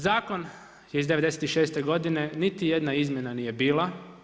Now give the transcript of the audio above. Zakon iz '96. godine, niti jedna izmjena nije bila.